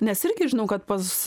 nes irgi žinau kad pas